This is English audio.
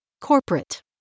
corporate